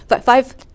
five